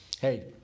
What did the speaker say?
Hey